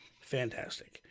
fantastic